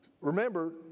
Remember